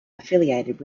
affiliated